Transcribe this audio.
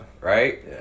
Right